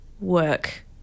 work